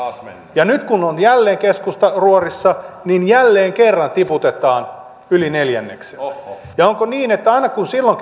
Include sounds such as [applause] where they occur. ja nyt kun on jälleen keskusta ruorissa niin jälleen kerran tiputetaan yli neljänneksellä ja onko niin että aina silloin [unintelligible]